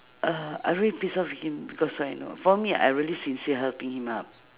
uh I really piss off with him because why know for me I really sincere helping him up